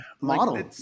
model